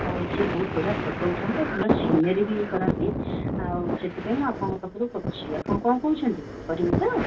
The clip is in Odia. ଆଉ ସେ ବହୁତ ବଢ଼ିଆ ଫଟୋ ଉଠାନ୍ତି ଆଉ ଭଲ ସିନେରୀ ବି କରନ୍ତି ଆଉ ସେଥିପାଇଁ ମୁଁ ଆପଣଙ୍କ ପାଖରେ କରୁଛି ଆପଣଙ୍କ କ'ଣ କହୁଛନ୍ତି କରିବେ ତ